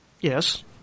Yes